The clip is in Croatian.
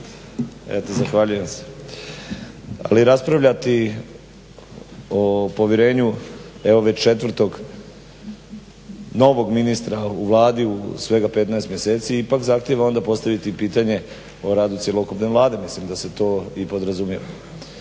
Eto zahvaljujem. Ali raspravljati o povjerenju evo već četvrtog novog ministra u Vladi u svega 15 mjeseci ipak zahtjeva onda postaviti pitanje o radu cjelokupne Vlade. Mislim da se to i podrazumijeva.